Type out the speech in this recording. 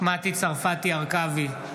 בהצבעה מטי צרפתי הרכבי,